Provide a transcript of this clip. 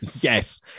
Yes